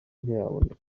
ntiyaboneka